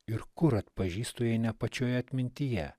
ir kur atpažįstu jei ne pačioje atmintyje